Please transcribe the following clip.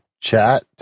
chat